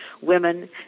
women